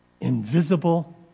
invisible